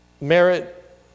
merit